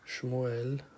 Shmuel